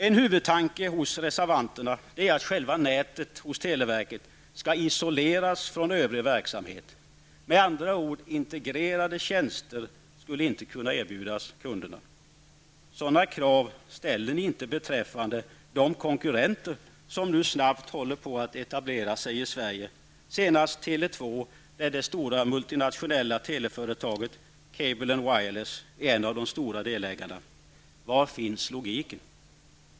En huvudtanke hos reservanterna är att själva nätet hos televerket skall isoleras från övrig verksamhet. Med andra ord: integrerade tjänster skulle inte kunna erbjudas kunderna. Sådana krav ställer ni inte beträffande de konkurrenter som nu snabbt håller på att etablera sig i Sverige, senast Tele 2, där det stora multinationella teleföretaget Cable & Wireless är en av de stora delägarna. Var finns logiken?